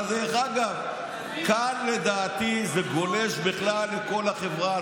אבל דרך אגב, כאן לדעתי זה גולש בכלל לכל החברה.